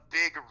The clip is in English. big